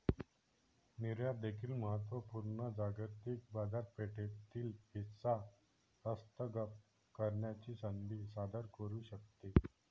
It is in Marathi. निर्यात देखील महत्त्व पूर्ण जागतिक बाजारपेठेतील हिस्सा हस्तगत करण्याची संधी सादर करू शकते